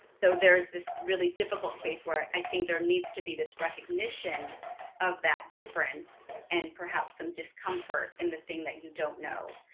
so there's this really difficult space where i think there needs to be this recognition of that difference and perhaps some discomfort in the thing that you don't know.